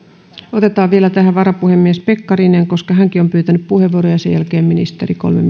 otetaan tähän vielä varapuhemies pekkarinen koska hänkin on pyytänyt puheenvuoron ja sen jälkeen ministeri kolme